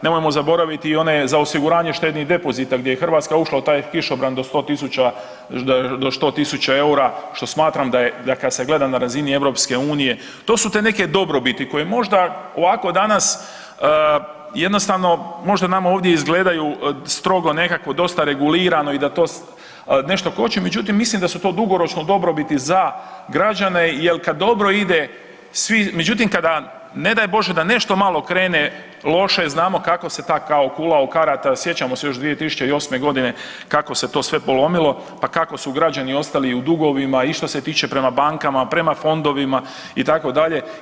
Nemojmo zaboraviti i one za osiguranje štednih depozita gdje je Hrvatska ušla u taj kišobran do 100 tisuća, do 100 tisuća EUR-a što smatram da je da kad se gleda na razini EU, to su te neke dobrobiti koje možda ovako danas jednostavno možda nama ovdje izgledaju strogo nekako, dosta regulirano i da to nešto koči, međutim mislim da su to dugoročno dobrobiti za građane jel kad dobro ide svi, međutim kada ne daj Bože da nešto malo krene loše znamo kako se ta kao kula od karata sjećamo se još 2008. godine kako se to sve polomilo, pa kako su građani ostali u dugovima i što se tiče prema bankama, prema fondovima itd.